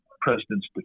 president's